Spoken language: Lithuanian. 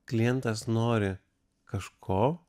klientas nori kažko